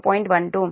12 ఈ వైపు j0